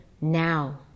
now